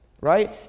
Right